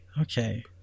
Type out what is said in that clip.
Okay